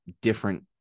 different